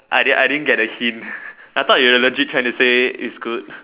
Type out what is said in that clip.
I didn't I didn't get the hint I thought you allergic trying to say is good